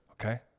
okay